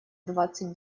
двадцать